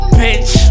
bitch